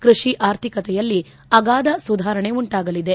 ಕೃಷಿ ಆರ್ಥಿಕತೆಯಲ್ಲಿ ಅಗಾಧ ಸುಧಾರಣೆ ಉಂಟಾಗಲಿದೆ